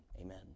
Amen